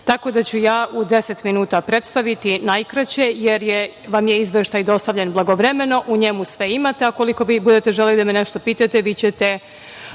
došli. Ja ću u deset minuta predstaviti najkraće, jer vam je izveštaj dostavljen blagovremeno i u njemu sve imate, a ukoliko vi budete želeli nešto da me pitate, vi ćete